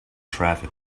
traffic